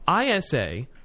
ISA